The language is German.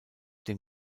dem